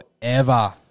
forever